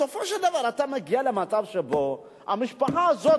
בסופו של דבר אתה מגיע למצב שבו המשפחה הזאת,